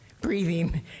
breathing